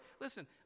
Listen